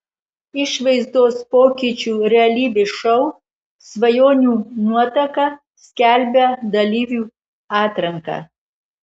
išvaizdos pokyčių realybės šou svajonių nuotaka skelbia dalyvių atranką